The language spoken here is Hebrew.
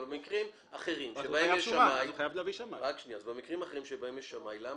אבל במקרים אחרים שבהם יש שמאי.